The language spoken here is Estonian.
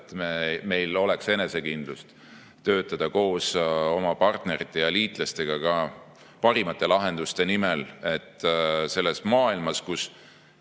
et meil oleks enesekindlust töötada koos oma partnerite ja liitlastega ka parimate lahenduste nimel. Praeguses maailmas